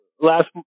last